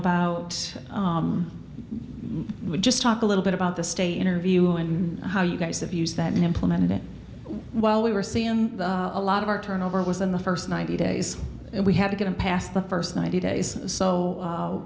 about we just talk a little bit about the state interview and how you guys have used that implemented while we were seeing a lot of our turnover was in the first ninety days and we had to get a pass the first ninety days so